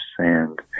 sand